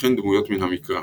וכן דמויות מן המקרא.